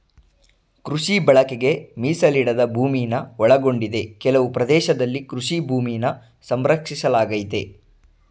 ಕೃಷಿ ಬಳಕೆಗೆ ಮೀಸಲಿಡದ ಭೂಮಿನ ಒಳಗೊಂಡಿದೆ ಕೆಲವು ಪ್ರದೇಶದಲ್ಲಿ ಕೃಷಿ ಭೂಮಿನ ಸಂರಕ್ಷಿಸಲಾಗಯ್ತೆ